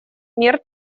мер